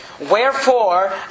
Wherefore